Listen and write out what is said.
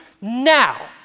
Now